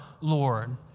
Lord